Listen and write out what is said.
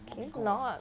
can you not